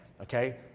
okay